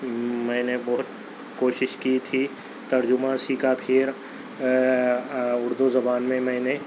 میں نے بہت کوشش کی تھی ترجمہ سیکھا پھر اُردو زبان میں میں نے